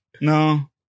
no